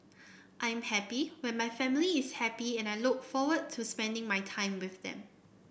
I am happy when my family is happy and I look forward to spending my time with them